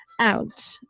out